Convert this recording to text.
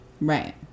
Right